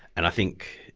and i think,